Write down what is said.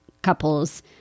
couples